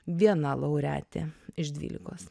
viena laureatė iš dvylikos